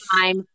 time